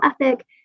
ethic